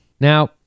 Now